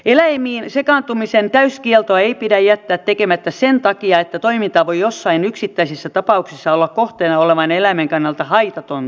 eläimiin sekaantumisen täyskieltoa ei pidä jättää tekemättä sen takia että toiminta voi joissain yksittäisissä tapauksissa olla kohteena olevan eläimen kannalta haitatonta